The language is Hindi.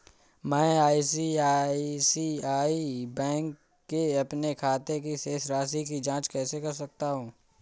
मैं आई.सी.आई.सी.आई बैंक के अपने खाते की शेष राशि की जाँच कैसे कर सकता हूँ?